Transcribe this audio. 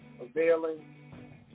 availing